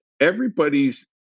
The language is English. everybody's